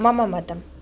मम मतम्